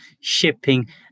shipping